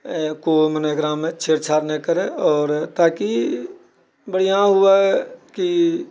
कोइ मने एकरामे छेड़छाड़ नहि करय आओर ताकि बढ़िआँ हुए कि